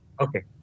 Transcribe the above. Okay